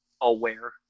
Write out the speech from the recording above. aware